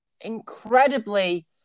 incredibly